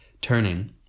Turning